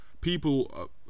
People